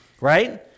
Right